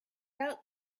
out